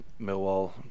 Millwall